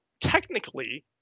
Technically